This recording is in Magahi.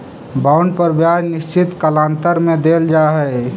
बॉन्ड पर ब्याज निश्चित कालांतर में देल जा हई